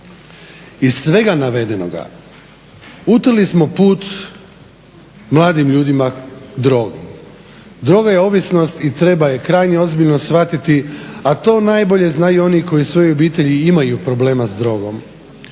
Iz svega navedenoga utrli smo put mladim ljudima drogi. Droga je ovisnost i treba je krajnje ozbiljno shvatiti, a to najbolje znaju i oni koji u svojoj obitelji imaju problema s drogom.